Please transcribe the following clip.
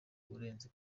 urenze